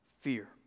fear